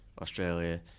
Australia